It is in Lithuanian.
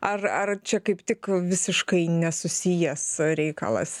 ar ar čia kaip tik visiškai nesusijęs reikalas